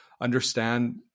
understand